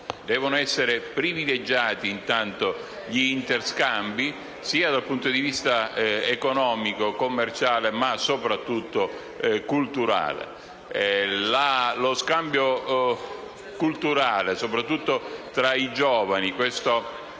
devono essere privilegiati gli interscambi dal punto di vista economico, commerciale ma soprattutto culturale. Lo scambio culturale, soprattutto tra i giovani, l'idea